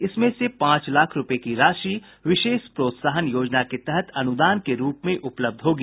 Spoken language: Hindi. इसमें से पांच लाख रूपये की राशि विशेष प्रोत्साहन योजना के तहत अनुदान के रूप में उपलब्ध होगी